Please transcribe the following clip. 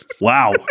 Wow